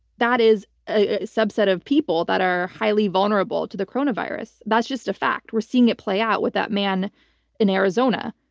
that is a subset of people that are highly vulnerable to the coronavirus. that's just a fact. we're seeing it play out with that man in arizona.